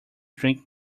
drink